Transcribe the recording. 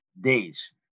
Days